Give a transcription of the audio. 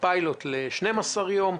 כפיילוט ל-12 יום,